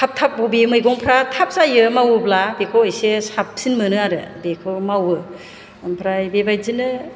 थाब थाब बबे मैगंफ्रा थाब जायो मावोब्ला बेखौ एसे साबसिन मोनो आरो बेखौ मावो ओमफ्राय बेबायदिनो